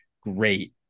great